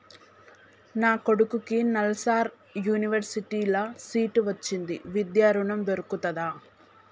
నా కొడుకుకి నల్సార్ యూనివర్సిటీ ల సీట్ వచ్చింది విద్య ఋణం దొర్కుతదా?